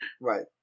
right